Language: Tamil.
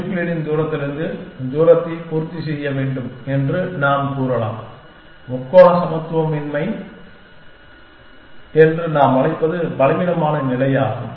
யூக்ளிடியன் தூரத்திலிருந்து தூரத்தை பூர்த்தி செய்ய வேண்டும் என்று நாம் கூறலாம் முக்கோண சமத்துவமின்மை என்று நாம் அழைப்பது பலவீனமான நிலை ஆகும்